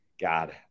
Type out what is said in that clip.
God